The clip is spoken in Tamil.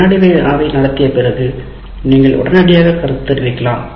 ஒரு வினாடி வினாவை நடத்திய பிறகு நீங்கள் உடனடியாக கருத்து தெரிவிக்கலாம்